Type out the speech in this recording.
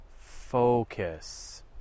Focus